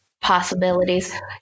possibilities